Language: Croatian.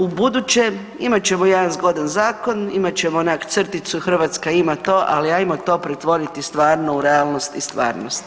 U buduće imat ćemo jedan zgodan zakon, imat ćemo onako crticu Hrvatska ima to, ali ajmo to pretvoriti stvarno u realnost i stvarnost.